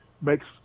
makes